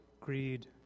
greed